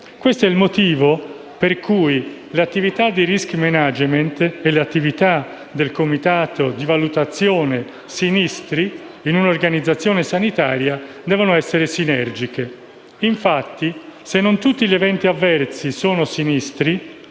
Questo è il motivo per cui le attività di *risk management* e quelle del comitato di valutazione dei sinistri in un'organizzazione sanitaria devono essere sinergiche. Infatti, se non tutti gli eventi avversi sono sinistri